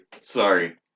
sorry